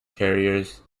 terriers